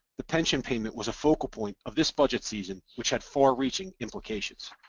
the pension payment was a focal point of this budget season, which had far reaching implications.